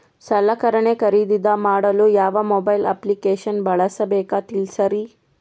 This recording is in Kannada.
ಸಲಕರಣೆ ಖರದಿದ ಮಾಡಲು ಯಾವ ಮೊಬೈಲ್ ಅಪ್ಲಿಕೇಶನ್ ಬಳಸಬೇಕ ತಿಲ್ಸರಿ?